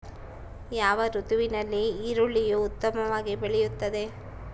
ಯಾವ ಋತುವಿನಲ್ಲಿ ಈರುಳ್ಳಿಯು ಉತ್ತಮವಾಗಿ ಬೆಳೆಯುತ್ತದೆ?